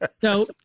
So-